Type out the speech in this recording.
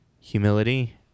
humility